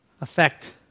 affect